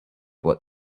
what